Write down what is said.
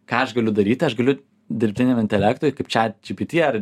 ką aš galiu daryt tai aš galiu dirbtiniam intelektui kaip čiat džipiti ar